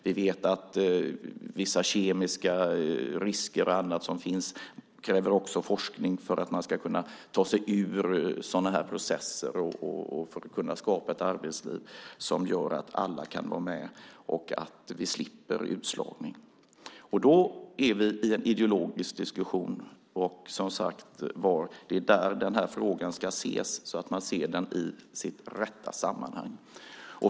Vi vet att det finns vissa kemiska risker och annat som också kräver forskning för att man ska kunna ta sig ur sådana här processer och kunna skapa ett arbetsliv som gör att alla kan vara med och att vi slipper utslagning. Då är vi i en ideologisk diskussion. Och, som sagt, det är där den här frågan ska ses, så att man ser den i sitt rätta sammanhang.